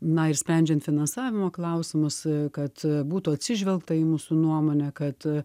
na ir sprendžiant finansavimo klausimus kad būtų atsižvelgta į mūsų nuomonę kad